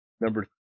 number